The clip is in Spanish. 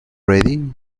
ready